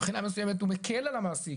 אבל מבחינה מסוימת הוא מקל על המעסיק,